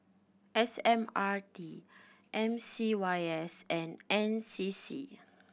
S M R T M C Y S and N C C